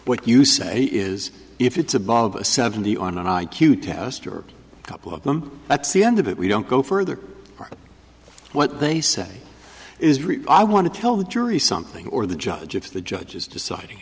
what you say is if it's above a seventy on an i q test or a couple of them that's the end of it we don't go further what they say is really i want to tell the jury something or the judge if the judge is deciding